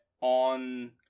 on